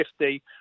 50